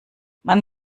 man